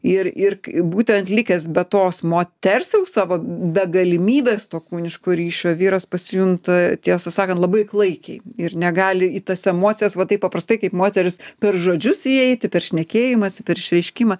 ir ir būtent likęs be tos moters jau savo be galimybės to kūniško ryšio vyras pasijunta tiesą sakant labai klaikiai ir negali į tas emocijas va taip paprastai kaip moteris per žodžius įeiti per šnekėjimąsi per išreiškimą